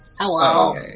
Hello